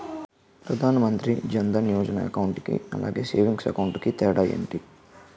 Pradhan Mantri Jan Dhan Yojana account కి అలాగే savings account కి తేడా ఏంటి?